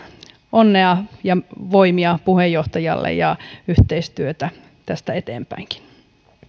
onnea ja voimia puheenjohtajalle ja yhteistyötä tästä eteenpäinkin